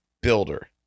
builder